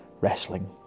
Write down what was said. wrestling